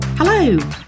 Hello